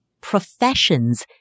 professions